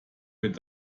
wird